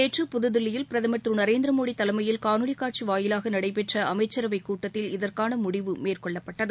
நேற்று புதுதில்லியில் பிரதமர் திரு நரேந்திரமோடி தலைமையில் காணொலிக் காட்சி வாயிலாக நடைபெற்ற அமைச்சரவைக் கூட்டத்தில் இதற்கான முடிவு மேற்கொள்ளப்பட்டது